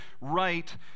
right